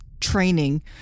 training